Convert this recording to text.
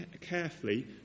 carefully